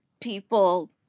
people